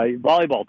volleyball